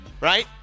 right